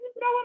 no